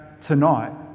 tonight